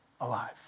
alive